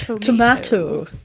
Tomato